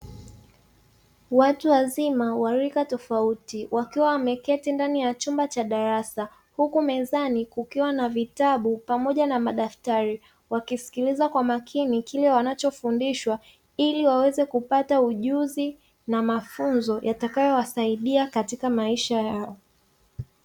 Watu wazima wa rika tofauti wakiwa wameketi ndani ya chumba cha darasa; huku mezani kukiwa na vitabu pamoja na madaftari, wakisikiliza kwa makini kile wanachofundishwa ili waweze kupata ujuzi na mafunzo, yatakayowasaidia katika maisha yao.